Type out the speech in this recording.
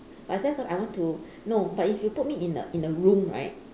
but I just cause I want to no but if you put me in a in a room right